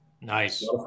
nice